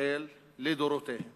ישראל לדורותיהן